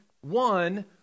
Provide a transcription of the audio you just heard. one